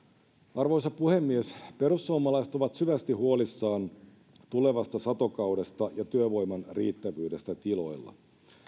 arvoisa puhemies perussuomalaiset ovat syvästi huolissaan tulevasta satokaudesta ja työvoiman riittävyydestä tiloilla